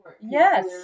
Yes